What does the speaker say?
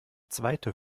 zweite